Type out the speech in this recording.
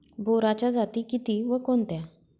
बोराच्या जाती किती व कोणत्या?